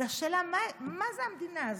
זו השאלה מה זו המדינה הזאת.